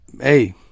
hey